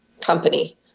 company